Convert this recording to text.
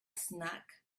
snack